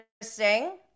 interesting